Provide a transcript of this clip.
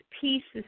pieces